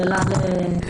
זו שאלה אחרת.